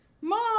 Mom